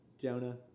Jonah